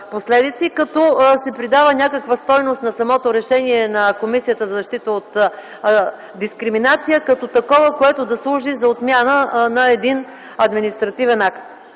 като се придава някаква стойност на самото решение на Комисията за защита от дискриминация като такова, което да служи за отмяна на един административен акт.